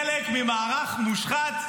חלק ממערך מושחת,